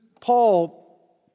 Paul